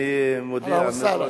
אהלן וסהלן.